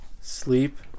sleep